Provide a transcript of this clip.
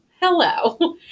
Hello